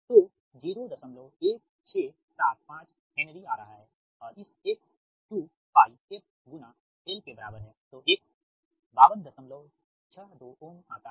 तो01675 henry आ रहा है और इस X 2πfगुणा L के बराबर है तो X 5262 ओम आता है